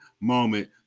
moment